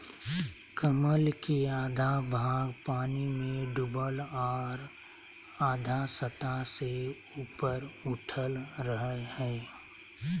कमल के आधा भाग पानी में डूबल और आधा सतह से ऊपर उठल रहइ हइ